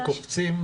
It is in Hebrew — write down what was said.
אקסלנס.